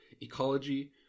ecology